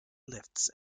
lifts